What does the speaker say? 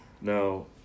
Now